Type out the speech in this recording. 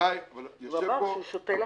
הוא אמר שהוא שותל עכשיו.